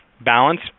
balance